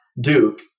Duke